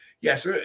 Yes